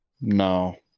No